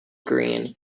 green